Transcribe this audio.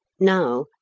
now,